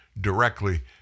directly